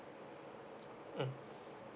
mm